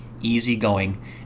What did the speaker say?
easygoing